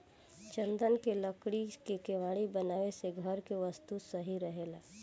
चन्दन के लकड़ी के केवाड़ी बनावे से घर के वस्तु सही रहेला